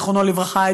זיכרונו לברכה,